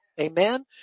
Amen